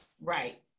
right